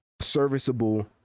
serviceable